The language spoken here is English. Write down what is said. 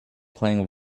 playing